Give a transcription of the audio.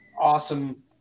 awesome